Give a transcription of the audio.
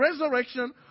resurrection